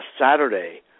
Saturday